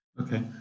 Okay